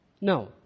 No